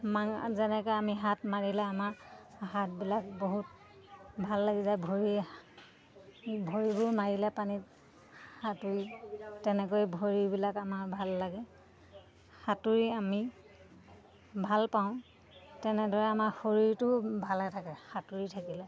মা যেনেকৈ আমি হাত মাৰিলে আমাৰ হাতবিলাক বহুত ভাল লাগি যায় ভৰি ভৰিবোৰ মাৰিলে পানীত সাঁতুৰি তেনেকৈ ভৰিবিলাক আমাৰ ভাল লাগে সাঁতুৰি আমি ভাল পাওঁ তেনেদৰে আমাৰ শৰীৰটো ভালে থাকে সাঁতুৰি থাকিলে